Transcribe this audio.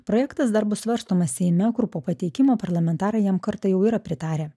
projektas dar bus svarstomas seime kur po pateikimo parlamentarai jam kartą jau yra pritarę